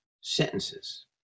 sentences